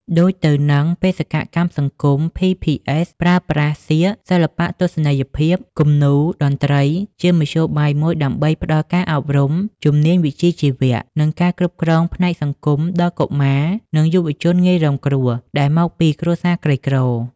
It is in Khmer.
ដូចទៅនឹងបេសកកម្មសង្គម ភី ភី អេស ប្រើប្រាស់ សៀក សិល្បៈទស្សនីយភាព គំនូរ តន្ត្រី ជាមធ្យោបាយមួយដើម្បីផ្តល់ការអប់រំ ជំនាញវិជ្ជាជីវៈ និងការគាំទ្រផ្នែកសង្គមដល់កុមារ និងយុវជនងាយរងគ្រោះ ដែលមកពីគ្រួសារក្រីក្រ ។